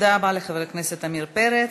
תודה רבה לחבר הכנסת עמיר פרץ.